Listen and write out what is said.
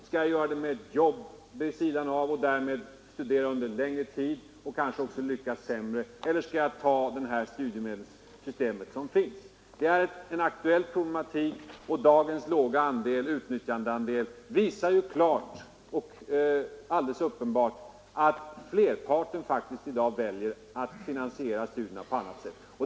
Skall jag göra det med ett jobb vid sidan av studierna och därmed studera under längre tid och kanske lyckas sämre eller skall jag studera med hjälp av studiemedel? Det är en aktuell problematik, och dagens låga utnyttjandeandel visar klart att flertalet i dag faktiskt väljer att finansiera studierna på annat sätt.